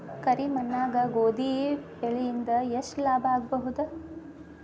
ಕರಿ ಮಣ್ಣಾಗ ಗೋಧಿ ಬೆಳಿ ಇಂದ ಎಷ್ಟ ಲಾಭ ಆಗಬಹುದ?